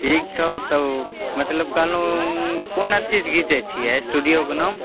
ठीक छऽ तब मतलब कहलहुँ कोन अथीसे घिचै छिए स्टूडिओके नाम